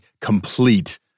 complete